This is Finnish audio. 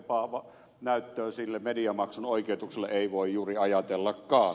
tämän vahvempaa näyttöä mediamaksun oikeutukselle ei voi juuri ajatellakaan